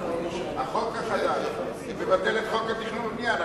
החוק החדש מבטל את חוק התכנון והבנייה.